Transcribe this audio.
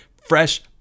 fresh